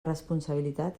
responsabilitat